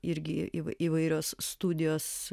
irgi į įvairios studijos